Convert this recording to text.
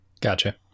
gotcha